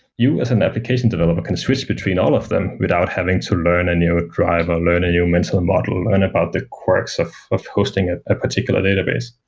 you as an application developer can switch between all of them without having to learn a new drive or learn a new mental model and about the quirks of of hosting ah a particular database.